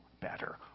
better